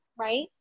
right